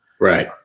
Right